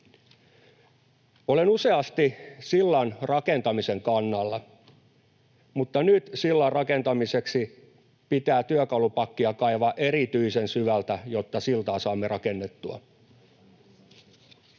Olen useasti sillan rakentamisen kannalla, mutta nyt sillan rakentamiseksi pitää työkalupakkia kaivaa erityisen syvältä, jotta siltaa saamme rakennettua.